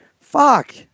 Fuck